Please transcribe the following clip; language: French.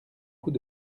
coup